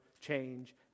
change